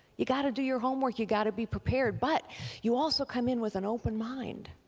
you got to do your homework, you got to be prepared, but you also come in with an open mind.